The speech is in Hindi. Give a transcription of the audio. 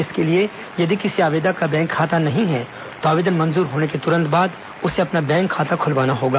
इसके लिए यदि किसी आवेदक का बैंक खाता नहीं है तो आवेदन मंजूर होने के तुरंत बाद अपना बैंक खाता खोलना अनिवार्य होगा